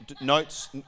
notes